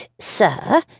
sir